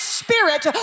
spirit